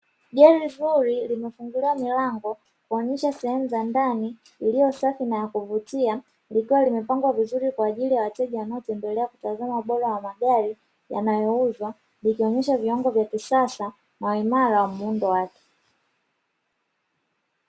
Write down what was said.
Gari zuri limefunguliwa milango kuonyesha sehemu za ndani iliyosafi na ya kuvutia likiwa limepangwa vizuri kwa ajili ya wateja wanaotembelea kutazama ubora wa magari yanayouzwa likionyesha viwango vya kisasa na uimara wa muundo wake.